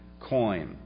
coin